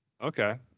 okay